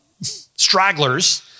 stragglers